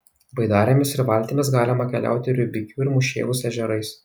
baidarėmis ir valtimis galima keliauti rubikių ir mūšėjaus ežerais